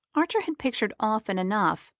archer had pictured often enough,